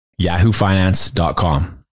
yahoofinance.com